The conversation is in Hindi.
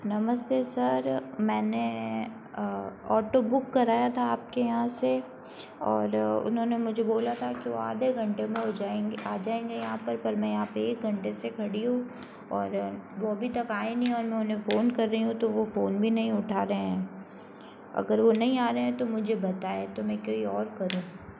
नमस्ते सर मैंने ऑटो बुक कराया था आपके यहाँ से और उन्होंने मुझे बोला था कि आधे घंटे में हो जाएंगे आ जाएंगे यहाँ पर पर मैं यहाँ पर एक घंटे से खड़ी हूँ और वह अभी तक आए नहीं और उन्होंने फ़ोन कर रही हो तो वह फ़ोन भी नहीं उठा रहे हैं अगर वह नहीं आ रहे हैं तो मुझे बताएँ तो मैं कोई और करूँ